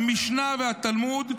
המשנה והתלמוד,